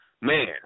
Man